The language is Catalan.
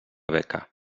beca